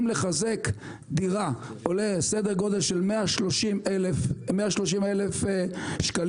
אם לחזק דירה עולה כ-130,000 שקלים,